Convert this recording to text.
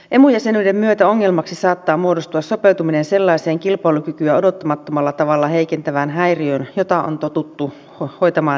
emu jäsenyyden myötä ongelmaksi saattaa muodostua sopeutuminen sellaiseen kilpailukykyä odottamattomalla tavalla heikentävään häiriöön jota on totuttu hoitamaan devalvaatiolla